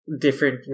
Different